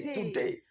today